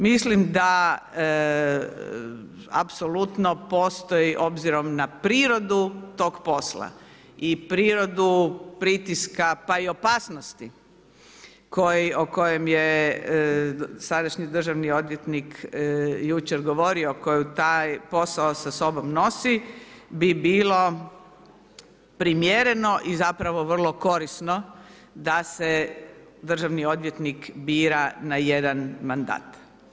Mislim da apsolutno postoji obzirom na prirodu tog posla i prirodu pritiska, pa i opasnosti o kojem je sadašnji Državni odvjetnik jučer govorio koji taj posao sa sobom nosi bi bilo primjereno i zapravo vrlo korisno da se državni odvjetnik bira na jedan mandat.